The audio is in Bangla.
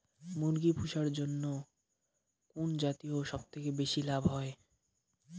মুরগি পুষার জন্য কুন জাতীয় সবথেকে বেশি লাভ হয়?